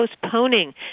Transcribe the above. postponing